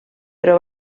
però